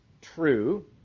true